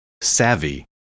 savvy